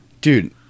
dude